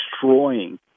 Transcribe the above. destroying